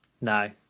no